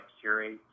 curate